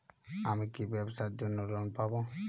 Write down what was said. আমি কি ব্যবসার জন্য লোন পাব?